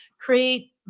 create